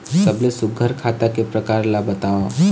सबले सुघ्घर खाता के प्रकार ला बताव?